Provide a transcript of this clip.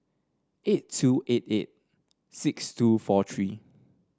eight two eight eight six two four three